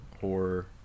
horror